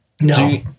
No